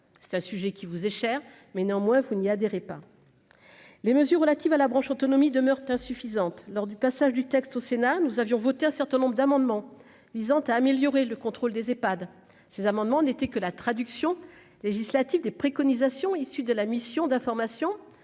c'est un sujet qui vous est cher mais néanmoins vous n'y adhérez pas les mesures relatives à la branche autonomie demeurent insuffisantes lors du passage du texte au Sénat, nous avions voté un certain nombre d'amendements visant à améliorer le contrôle des Ephad, ces amendements n'était que la traduction législative des préconisations issues de la mission d'information